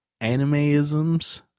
animeisms